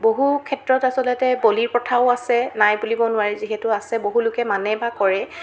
বহু ক্ষেত্ৰত আচলতে বলিৰ প্ৰথাও আছে নাই বুলিব নোৱাৰি যিহেতু আছে বহুলোকে মানে বা কৰে